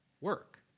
work